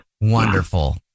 Wonderful